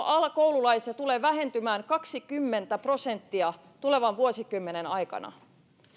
alakoululaiset tulevat vähentymään kaksikymmentä prosenttia tulevan vuosikymmenen aikana